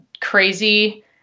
crazy